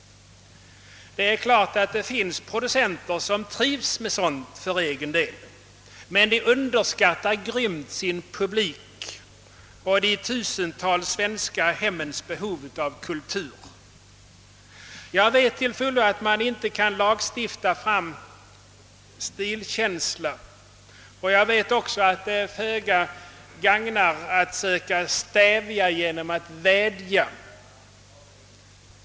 Det är klart ati det finns producenter som trivs med sådant för egen del. Men de underskattar grymt sin publik och de tusentals svenska hemmens behov av kultur. Jag vet till fullo att man inte kan lagstifta fram stilkänsla, och jag vet också att det föga gagnar att söka stävja genom att vädja.